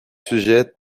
sujets